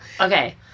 okay